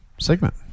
segment